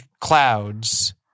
clouds